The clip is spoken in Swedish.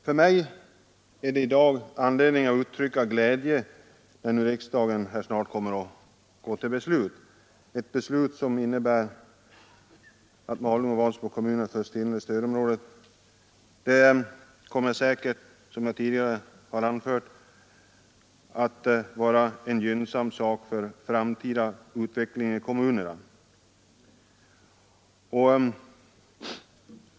För mig finns det i dag anledning att uttrycka glädje när riksdagen snart kommer att fatta beslut, ett beslut som innebär att Malung och Vansbro förs till det inre stödområdet. Det kommer säkert, vilket jag tidigare anfört, att vara gynnsamt för framtida utveckling i kommunerna.